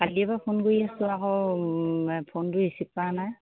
কালিৰেপৰা phone কৰি আছোঁ আকৌ ফোনটো ৰিচিভ কৰা নাই